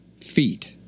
feet